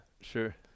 Sure